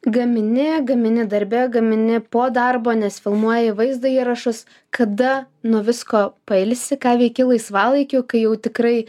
gamini gamini darbe gamini po darbo nes filmuoji vaizdo įrašus kada nuo visko pailsi ką veiki laisvalaikiu kai jau tikrai